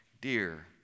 dear